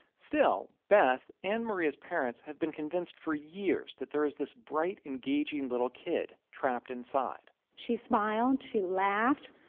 still, beth and maria's parents have been convinced for years that there is this bright, engaging little kid trapped inside she smiled, she laughed.